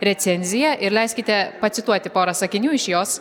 recenziją ir leiskite pacituoti porą sakinių iš jos